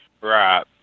Right